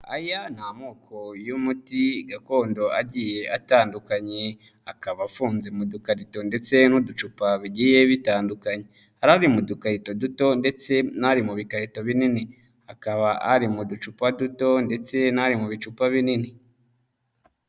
Aya ni amoko y'umuti gakondo agiye atandukanye, akaba afunze mu dukarito ndetse n'uducupa bigiye bitandukanye. Hari ari mu dukarito duto ndetse n'ari mu bikarito binini, hakaba ari mu ducupa duto ndetse n'ari mu bicupa binini.